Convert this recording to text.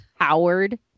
Howard